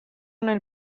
nel